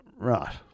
Right